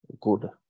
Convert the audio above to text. good